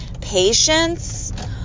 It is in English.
patience